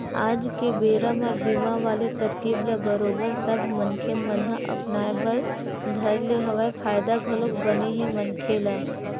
आज के बेरा म बीमा वाले तरकीब ल बरोबर सब मनखे मन ह अपनाय बर धर ले हवय फायदा घलोक बने हे मनखे ल